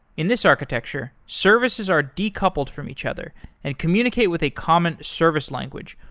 in this architecture, services are decoupled from each other and communicate with a common service language,